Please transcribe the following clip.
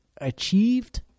achieved